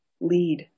lead